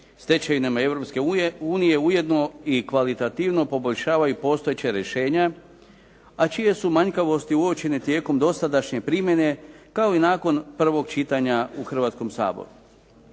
unije ujedno i kvalitativno poboljšava i postojeća rješenja, a čije su manjkavosti uočene tijekom dosadašnje primjene kao i nakon prvog čitanja u Hrvatskom saboru.